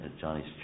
Johnny's